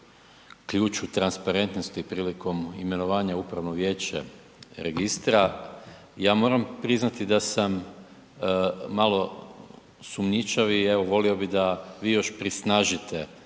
ključu transparentnosti prilikom imenovanja upravnog vijeća registra, ja moram priznati da sam malo sumnjičav i evo volio bi da vi još prisnažite